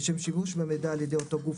לשם שימוש במידע על ידי אותו גוף,